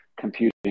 computing